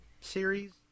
series